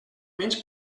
menys